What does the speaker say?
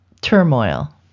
turmoil